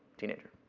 teenager,